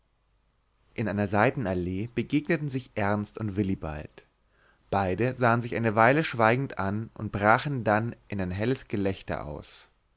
in einer seitenallee begegneten sich ernst und willibald beide sahen sich eine weile schweigend an und brachen dann in ein helles gelächter aus